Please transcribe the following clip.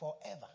forever